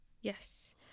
yes